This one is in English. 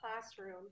classroom